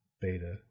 beta